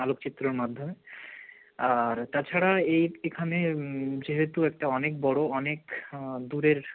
আলোকচিত্রের মাধ্যমে আর তাছাড়া এই এখানে যেহেতু একটা অনেক বড় অনেক দূরের